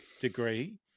degree